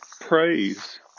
praise